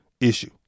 issue